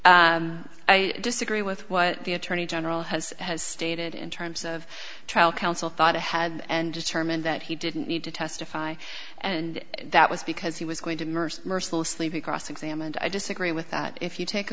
and i disagree with what the attorney general has has stated in terms of trial counsel thought ahead and determined that he didn't need to testify and that was because he was going to mercy mercilessly be cross examined i disagree with that if you take